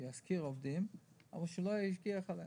שישכור עובדים אבל שלא ישגיח עליהם.